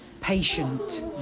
patient